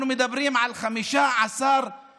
אנחנו מדברים על 15 נרצחים